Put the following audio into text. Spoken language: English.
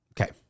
Okay